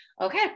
Okay